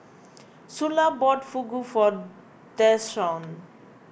Sula bought Fugu for Deshaun